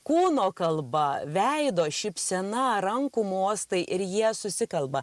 kūno kalba veido šypsena rankų mostai ir jie susikalba